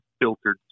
filtered